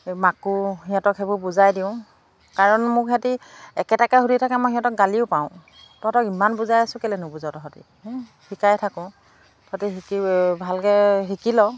মাকো সিহঁতক সেইবোৰ বুজাই দিওঁ কাৰণ মোক সিহঁতি একেটাকে সুধি থাকে মই সিহঁতক গালিও পাৰো তহঁতক ইমান বুজাই আছোঁ কেলে নুবুজ' তহঁতি শিকাই থাকোঁ তহঁতি শিকি ভালকৈ শিকি ল